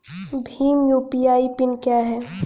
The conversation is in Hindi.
भीम यू.पी.आई पिन क्या है?